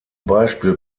beispiel